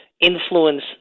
influence